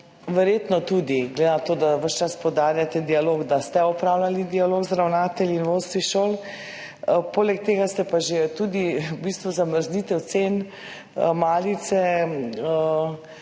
Verjetno tudi, glede na to, da ves čas poudarjate dialog, da ste opravljali dialog z ravnatelji in vodstvi šol. Poleg tega ste pa zamrznitev cen malice